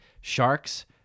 sharks